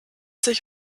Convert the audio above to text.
sich